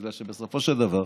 בגלל שבסופו של דבר